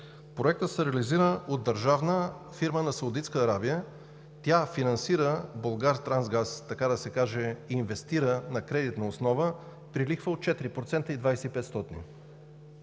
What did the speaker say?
Проектът се реализира от държавна фирма на Саудитска Арабия. Тя финансира „Булгартрансгаз“, така да се каже, инвестира на кредитна основа при лихва от 4,25%.